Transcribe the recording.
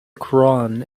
quran